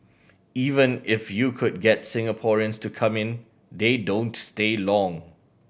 even if you could get Singaporeans to come in they don't stay long